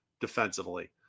defensively